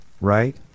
right